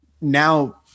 now